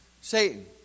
Satan